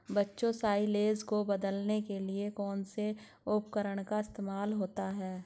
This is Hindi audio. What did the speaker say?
बच्चों साइलेज को बदलने के लिए कौन से उपकरण का इस्तेमाल होता है?